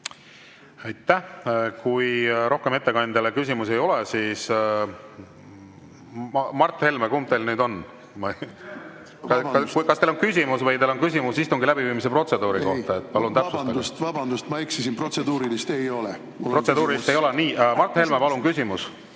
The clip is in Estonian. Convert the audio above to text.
Aitäh! Kui rohkem ettekandjale küsimusi ei ole, siis … Mart Helme, kumb teil nüüd on? Kas teil on küsimus või teil on küsimus istungi läbiviimise protseduuri kohta? Palun täpsustage! Vabandust! Vabandust, ma eksisin. Protseduurilist ei ole. Protseduurilist ei ole. Nii, Mart Helme, palun küsimus